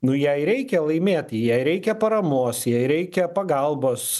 nu jai reikia laimėti jai reikia paramos jai reikia pagalbos